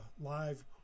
live